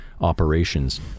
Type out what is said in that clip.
operations